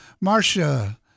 Marcia